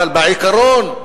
אבל בעיקרון,